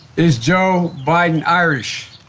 is joe biden irish?